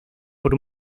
por